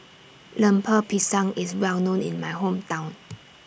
Lemper Pisang IS Well known in My Hometown